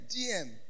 DM